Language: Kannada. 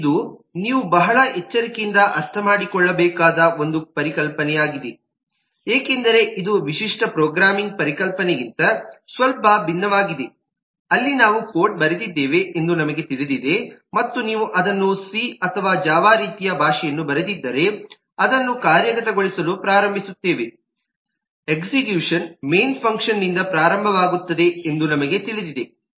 ಮತ್ತು ಇದು ನೀವು ಬಹಳ ಎಚ್ಚರಿಕೆಯಿಂದ ಅರ್ಥಮಾಡಿಕೊಳ್ಳಬೇಕಾದ ಒಂದು ಪರಿಕಲ್ಪನೆಯಾಗಿದೆ ಏಕೆಂದರೆ ಇದು ವಿಶಿಷ್ಟ ಪ್ರೋಗ್ರಾಮಿಂಗ್ ಪರಿಕಲ್ಪನೆಗಿಂತ ಸ್ವಲ್ಪ ಭಿನ್ನವಾಗಿದೆ ಅಲ್ಲಿ ನಾವು ಕೋಡ್ ಬರೆದಿದ್ದೇವೆ ಎಂದು ನಮಗೆ ತಿಳಿದಿದೆ ಮತ್ತು ನೀವು ಅದನ್ನು ಸಿ ಅಥವಾ ಜಾವಾ ರೀತಿಯ ಭಾಷೆಯನ್ನು ಬರೆದಿದ್ದರೆ ಅದನ್ನು ಕಾರ್ಯಗತಗೊಳಿಸಲು ಪ್ರಾರಂಭಿಸುತ್ತೇವೆ ಎಕ್ಸಿಕ್ಯೂಷನ್ ಮೇನ್ ಫ್ಯಾಂಕ್ಷನ್ನಿಂದ ಪ್ರಾರಂಭವಾಗುತ್ತದೆ ಎಂದು ನಮಗೆ ತಿಳಿದಿದೆ